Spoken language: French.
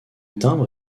timbre